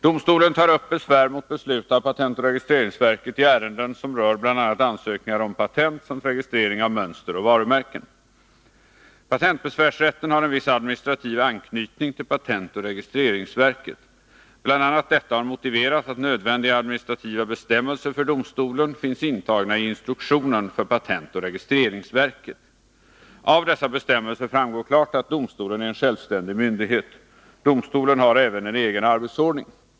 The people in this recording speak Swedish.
Domstolen tar upp besvär mot beslut av patentoch registreringsverket i ärenden som rör bl.a. ansökningar om patent samt registrering av mönster och varumärken. Patentbesvärsrätten har en viss administrativ anknytning till patentoch registreringsverket. Bl. a. detta har motiverat att nödvändiga administrativa bestämmelser för domstolen finns intagna i instruktionen för patentoch registreringsverket. Av dessa bestämmelser framgår klart att domstolen är en självständig myndighet. Domstolen har även en egen arbetsordning.